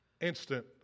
Instant